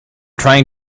trying